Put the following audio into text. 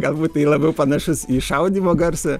galbūt tai labiau panašus į šaudymo garsą